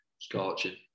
scorching